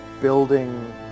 building